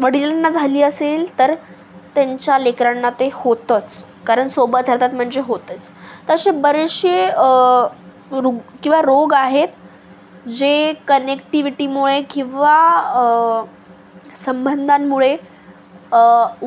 वडिलांना झाली असेल तर त्यांच्या लेकरांना ते होतंच कारण सोबत राहतात म्हणजे होतंच तर असे बरेचसे रु किंवा रोग आहेत जे कनेक्टिव्हिटीमुळे किंवा संबंधांमुळे